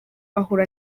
ahura